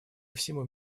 всему